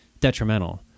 detrimental